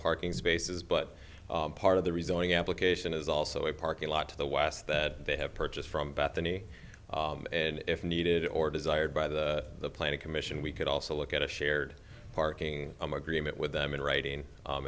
parking spaces but part of the rezoning application is also a parking lot to the west that they have purchased from bethany and if needed or desired by the planning commission we could also look at a shared parking i'm agreement with them in writing